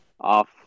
off